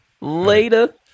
Later